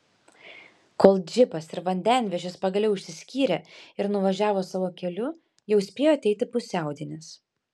kol džipas ir vandenvežis pagaliau išsiskyrė ir nuvažiavo savo keliu jau spėjo ateiti pusiaudienis